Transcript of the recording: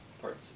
parts